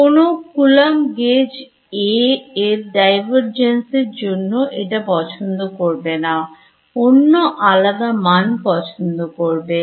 কোন Coulomb Gauge A এর Divergence এর জন্য এটা পছন্দ করবে না অন্য আলাদা মন পছন্দ করবে